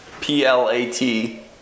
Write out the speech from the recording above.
P-L-A-T